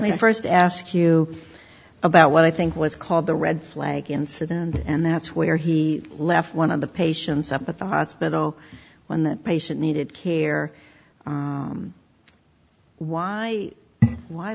mean first ask you about what i think was called the red flag incident and that's where he left one of the patients up at the hospital when that patient needed here why why